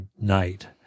night